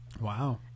Wow